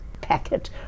packet